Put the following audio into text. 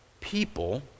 people